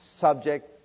subject